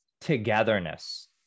togetherness